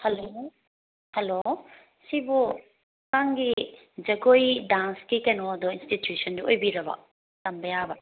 hello hello ꯁꯤꯕꯨ ꯑꯉꯥꯡꯒꯤ ꯖꯒꯣꯏ ꯗꯥꯟꯁꯀꯤ ꯀꯩꯅꯣꯗꯣ ꯏꯟꯁꯇꯤꯇ꯭ꯌꯨꯁꯟꯗꯨ ꯑꯣꯏꯕꯤꯔꯕꯣ ꯇꯝꯕ ꯌꯥꯕ